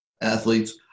athletes